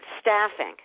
staffing